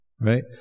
Right